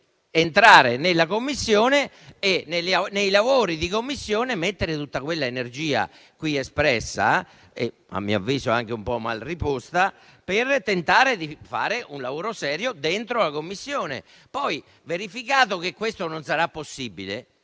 entrare nella Commissione e nei suoi lavori deve mettere tutta quell'energia qui espressa - e, a mio avviso, anche un po' mal riposta - per tentare di fare un lavoro serio in quella sede. Verificato che questo non sarà possibile,